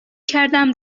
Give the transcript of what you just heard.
کردم